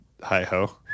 Hi-ho